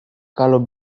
kalau